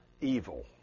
evil